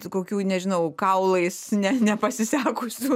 kokių nežinau kaulais ne nepasisekusių